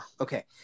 Okay